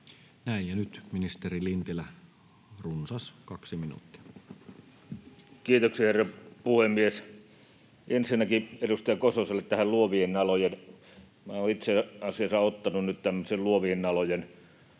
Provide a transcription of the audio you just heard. Näin. — Ja nyt ministeri Lintilä, runsas kaksi minuuttia. Kiitoksia, herra puhemies! Ensinnäkin edustaja Kososelle luovista aloista: Minä olen itse asiassa laittanut nyt tämmöisen luovien alojen